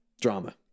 drama